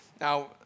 Now